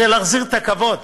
זה להחזיר את הכבוד.